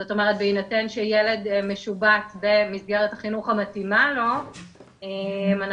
זאת אומרת בהינתן שילד משובץ במסגרת החינוך המתאימה לו אנחנו